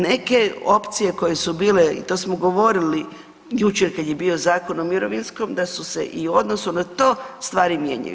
Neke opcije koje su bile i to smo govorili jučer kad je bio Zakon o mirovinskom, da su se i u odnosu na to stvari mijenjaju.